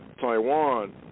Taiwan